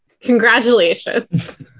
Congratulations